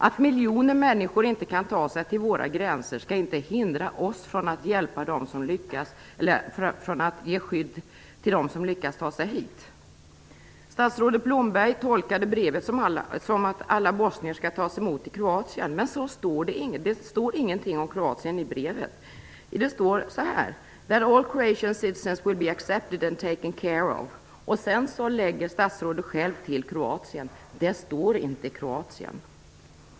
Att miljoner människor inte kan ta sig till våra gränser skall inte hindra oss från att hjälpa dem eller ge skydd till dem som lyckas ta sig hit. Statsrådet Blomberg tolkade brevet som att alla bosnier skall tas emot i Kroatien, men det står ingenting om Kroatien i brevet. Det står så här: All Croatian citizen will be accepted and taken care of. Sedan lägger statsrådet själv till Kroatien. Det står inte Kroatien.